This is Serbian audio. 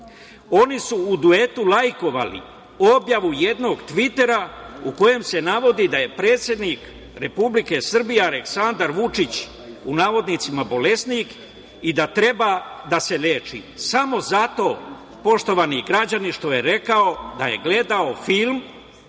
Oni su u duetu lajkovali objavu jednog tvita u kojem se navodi da je predsednik Republike Srbije Aleksandar Vučić „bolesnik i da treba da se leči“, samo zato, poštovani građani, što je rekao da je gledao film